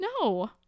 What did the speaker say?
No